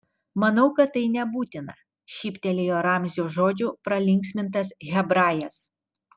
manau kad tai nebūtina šyptelėjo ramzio žodžių pralinksmintas hebrajas